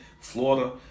Florida